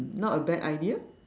not a bad idea